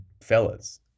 fellas